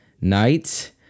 night